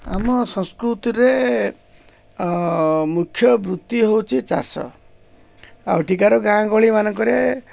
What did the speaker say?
ଆମ ସଂସ୍କୃତିରେ ମୁଖ୍ୟ ବୃତ୍ତି ହେଉଛି ଚାଷ ଆଉ ଏଠିକାର ଗାଁ ଗହଳିମାନଙ୍କରେ